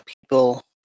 people